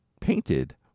painted